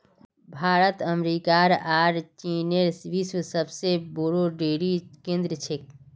भारत अमेरिकार आर चीनेर विश्वत सबसे बोरो डेरी केंद्र छेक